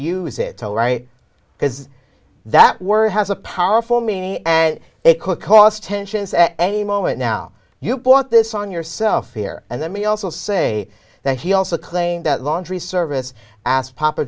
use it right because that word has a powerful meaning and it could cost tensions at any moment now you brought this on yourself here and then we also say that he also claimed that laundry service asked papa